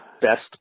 best